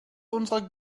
unserer